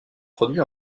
produit